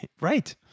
Right